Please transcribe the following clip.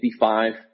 55